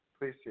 Please